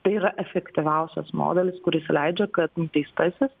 tai yra efektyviausias modelis kuris leidžia kad nuteistasis